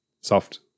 soft